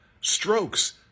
Strokes